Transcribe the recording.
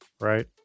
Right